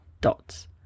dots